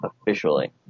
officially